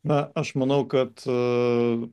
na aš manau kad